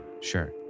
Sure